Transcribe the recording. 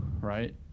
right